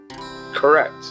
correct